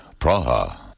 Praha